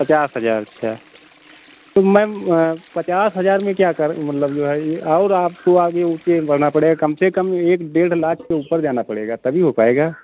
पचास हज़ार अच्छा तो मैम पचास हज़ार में क्या कर मतलब जो है यह और आपको आगे ऊँचा बढ़ना पड़ेगा कम से कम एक डेढ़ लाख के ऊपर जाना पड़ेगा तभी हो पाएगा